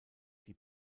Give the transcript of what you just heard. die